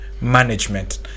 management